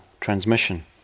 transmission